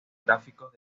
gráficos